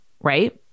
right